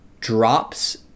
drops